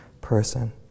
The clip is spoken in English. person